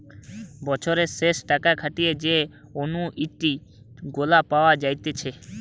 বছরের শেষে টাকা খাটিয়ে যে অনুইটি গুলা পাওয়া যাইতেছে